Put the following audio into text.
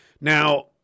Now